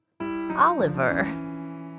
Oliver